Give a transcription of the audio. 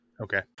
Okay